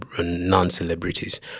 non-celebrities